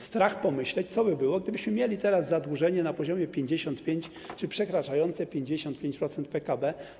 Strach pomyśleć, co by było, gdybyśmy mieli teraz zadłużenie na poziomie 55% czy przekraczające 55% PKB.